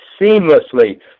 seamlessly